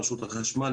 רשות החשמל,